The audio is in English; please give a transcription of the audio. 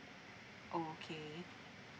okay